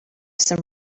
some